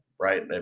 right